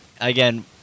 again